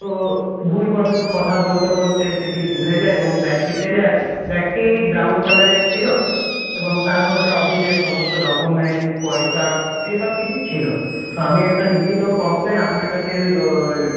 তো ভুলবশত কথা বলতে বলতে সেটি ভুলে যাই এবং ব্যাগটি ফেলে আসি ব্যাগটি ব্রাউন কালারের ছিল এবং তার মধ্যে অফিসের সমস্ত ডকুমেন্ট পয়সা এইসব কিছু ছিল তো আমি একটা লিখিত কমপ্লেন আপনার কাছে